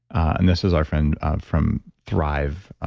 and this is our friend from thrive,